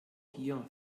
hier